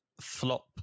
flop